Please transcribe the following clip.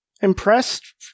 Impressed